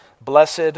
blessed